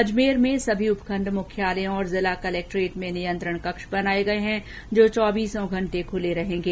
अजमेर में सभी उपखंड मुख्यालयों और जिला कलेक्ट्रेट में नियंत्रण कक्ष बनाये गये हैं जो चौबीस घंटे खुले रहेंगे